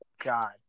God